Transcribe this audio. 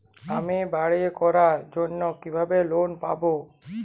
আমি বাড়ি করার জন্য কিভাবে লোন পাব?